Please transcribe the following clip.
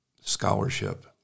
scholarship